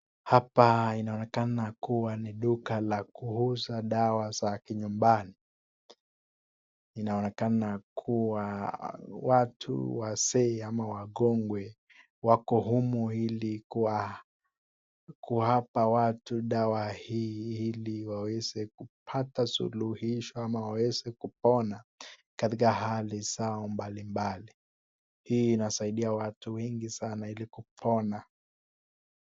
Hapa inaonekana kuwa ni duka la kuuza dawa za kinyumbani. Inaonekana kuwa watu wazee ama wagongwe wako humu ili kuwapa watu dawa hii ili waweze kupata suluhisho ama waweze kupona katika hali zao mbalimbali. Hii inasaidia watu wengi sana ili kupona.